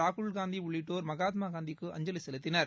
ராகுல் காந்தி உள்ளிட்டோர் மகாத்மா காந்திக்கு அஞ்சலி செலுத்தினர்